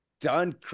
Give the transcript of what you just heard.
done